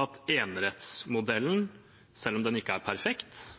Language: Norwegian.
at enerettsmodellen, selv om den ikke er perfekt,